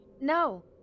No